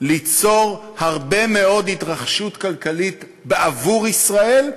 ליצור הרבה מאוד התרחשות כלכלית בעבור ישראל,